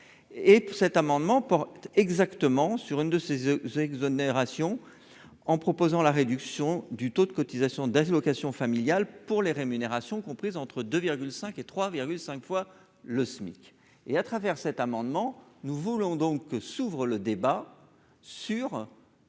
tout cet amendement pour exactement sur une de ses Oeuvres exonération en proposant la réduction du taux de cotisation d'allocations familiales pour les rémunérations comprise entre 2 virgule 5 et 3,5 fois le SMIC et à travers cet amendement, nous voulons donc que s'ouvrent le débat sur